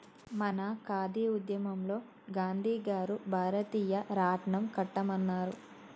మన ఖాదీ ఉద్యమంలో గాంధీ గారు భారతీయ రాట్నం కట్టమన్నారు